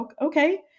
okay